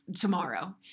tomorrow